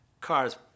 cars